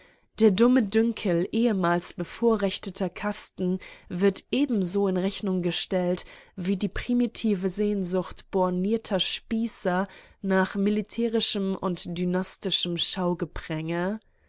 der dumme dünkel ehemals bevorrechteter kasten wird ebenso in rechnung gestellt wie die primitive sehnsucht bornierter spießer nach militärischem und